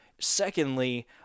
Secondly